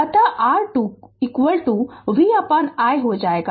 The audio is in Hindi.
अत R2 Vi हो जाएगा